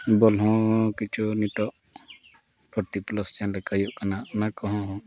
ᱵᱚᱞ ᱦᱚᱸ ᱠᱤᱪᱷᱩ ᱱᱤᱛᱳᱜ ᱯᱟᱨᱴᱤᱯᱞᱟᱥ ᱦᱩᱭᱩᱜ ᱠᱟᱱᱟ ᱚᱱᱟ ᱠᱚᱦᱚᱸ